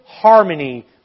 harmony